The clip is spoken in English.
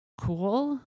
Cool